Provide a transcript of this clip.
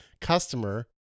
customer